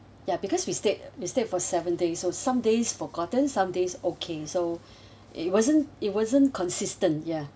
ya because we stayed we stayed for seven days so some days forgotten some days okay so it wasn't it wasn't consistent ya